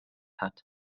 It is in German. hat